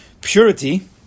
Purity